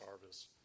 harvest